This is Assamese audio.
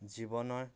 জীৱনৰ